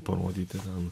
parodyti ten